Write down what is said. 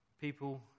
people